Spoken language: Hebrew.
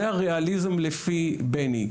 זה הראליזם לפי בני,